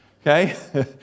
Okay